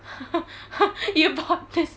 ha ha ha you bought this